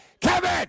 Kevin